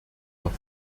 noch